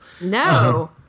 No